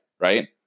right